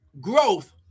growth